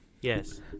yes